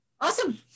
Awesome